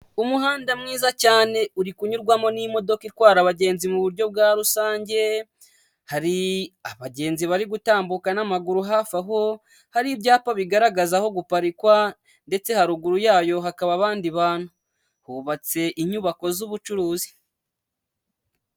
Umuhanda mwiza cyane uri kunyurwamo n'imodoka itwara abagenzi mu buryo bwa rusange, hari abagenzi bari gutambuka n'amaguru hafi aho hari ibyapa bigaragaza aho guparikwa ndetse haruguru yayo hakaba abandi bantu, hubatse inyubako z'ubucuruzi.